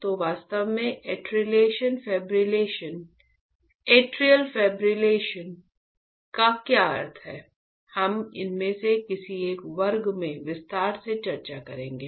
तो वास्तव में एट्रियल फिब्रिलेशन का क्या अर्थ है हम इनमें से किसी एक वर्ग में विस्तार से चर्चा करेंगे